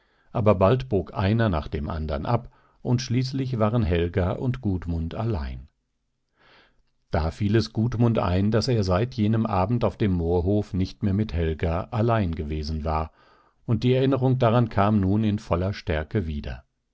aber bald bog einer nach dem andern ab und schließlich waren helga und gudmund allein da fiel es gudmund ein daß er seit jenem abend auf dem moorhof nicht mehr mit helga allein gewesen war und die erinnerung daran kam nun in voller stärke wieder